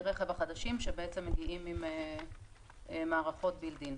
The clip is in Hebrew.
הרכב החדשים שיגיעו עם מערכות בילט-אין.